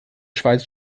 schweiz